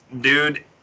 Dude